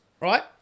right